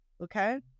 Okay